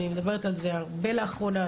אני מדברת על זה הרבה לאחרונה.